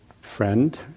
friend